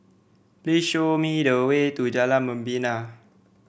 please show me the way to Jalan Membina